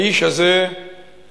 האיש הזה היה